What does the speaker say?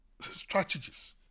strategies